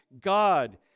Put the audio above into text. God